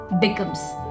becomes